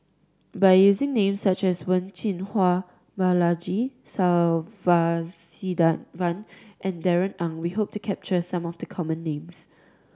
by using names such as Wen Jinhua Balaji Sadasivan and Darrell Ang we hope to capture some of the common names